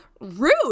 rude